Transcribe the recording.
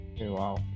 wow